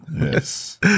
Yes